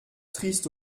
triste